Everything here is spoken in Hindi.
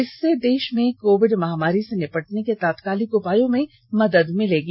इससे देश में कोविड महामारी से निपटने के तात्कालिक उपायों में मदद मिलेगी